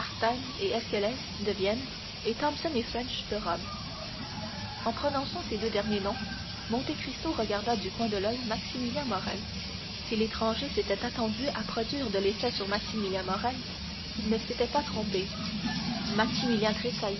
et thomson et french de rome et en prononçant ces deux derniers noms monte cristo regarda du coin de l'oeil maximilien morrel si l'étranger s'était attendu à produire de l'effet sur maximilien morrel il ne s'était pas trompé